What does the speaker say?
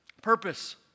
purpose